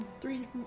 three